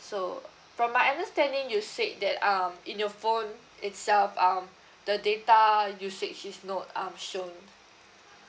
so from my understanding you said that um in your phone itself um the data usage is not um shown